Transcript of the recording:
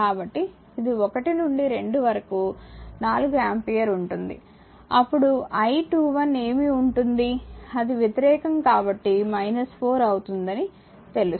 కాబట్టి ఇది 1 నుండి 2 వరకు 4 ఆంపియర్ ఉంటుంది అప్పుడు I21 ఏమి ఉంటుంది అది వ్యతిరేకం కాబట్టి 4 అవుతుందని తెలుసు